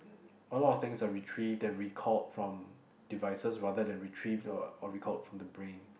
a lot of things are retrieved and recalled from devices rather than retrieved or or recalled from the brain